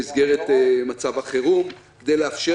אבל בוודאי שזה הרגע להחזיר אותה במסגרת מצב החירום כדי לאפשר